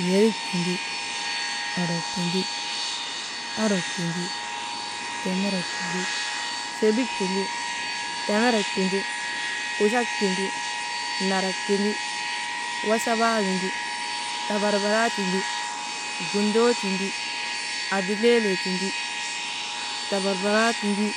Yerik tindi ondrok tindi, orok tindi temerek tindi, sebik tindi, temerek tindi, kuchak tindi, narak tindi, wasabaa windi, tabarbaraa tindi, gundoo tindi, abuleelee tindi, tabararaa tindi,